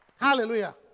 Hallelujah